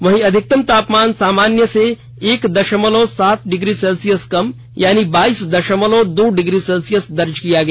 वहीं अधिकतम तापमान सामान्य से एक दशमलव सात डिग्री सेल्सियस कम यानि बाइस दषमलव दो डिग्री सेल्सियस दर्ज किया गया